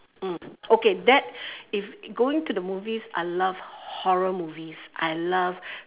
mm okay that if going to the movies I love horror movies I love